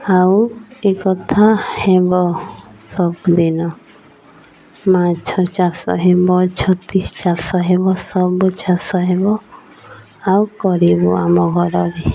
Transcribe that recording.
ଆଉ ଏ କଥା ହେବ ସବୁଦିନ ମାଛ ଚାଷ ହେବ ଛତୁ ଚାଷ ହେବ ସବୁ ଚାଷ ହେବ ଆଉ କରିବୁ ଆମ ଘରରେ